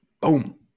Boom